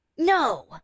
No